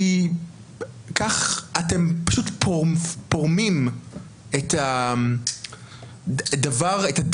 כי כך אתם פשוט פורמים את הדבק,